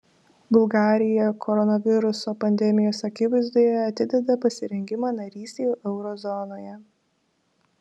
bulgarija koronaviruso pandemijos akivaizdoje atideda pasirengimą narystei euro zonoje